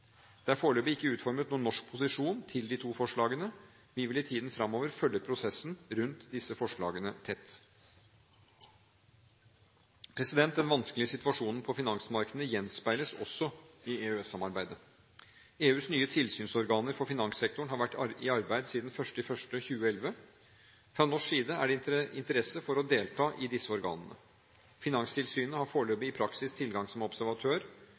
Det er foreløpig ikke utformet noen norsk posisjon til de to forslagene. Vi vil i tiden fremover følge prosessen rundt disse forslagene tett. Den vanskelige situasjonen på finansmarkedene gjenspeiles også i EØS-samarbeidet. EUs nye tilsynsorganer for finanssektoren har vært i arbeid siden 1. januar 2011. Fra norsk side er det interesse for å delta i disse organene. Finanstilsynet har foreløpig i praksis tilgang som observatør.